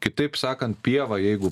kitaip sakant pieva jeigu